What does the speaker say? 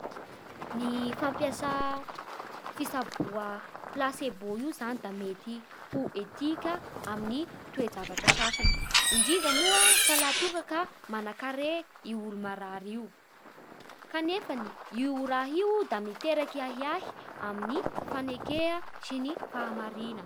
Ny fampiasa fitsaboan placebo io zany da mety ho etika amin'ny zavatra sasany indrindra moa fa laha toa ka manakarea io olo marary io, kanefa io raha io da miteraky ahiahy amin'ny fanenkea sy ny fahamarina.